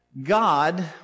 God